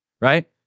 right